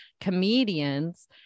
comedians